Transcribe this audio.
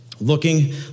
Looking